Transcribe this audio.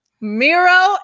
Miro